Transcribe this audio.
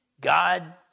God